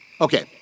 Okay